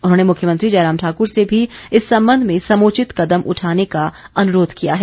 उन्होंने मुख्यमंत्री जयराम ठाकुर से भी इस संबंध में समुचित कदम उठाने का अनुरोध किया है